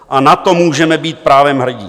A na to můžeme být právem hrdí.